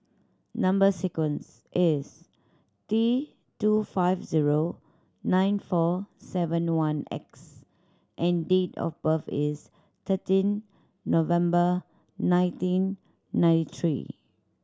number sequence is T two five zero nine four seven one X and date of birth is thirteen November nineteen ninety three